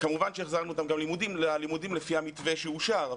כמובן שהחזרנו גם את הלימודים ללימודים לפי המתווה שאושר,